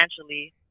financially